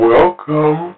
Welcome